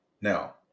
now